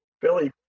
Billy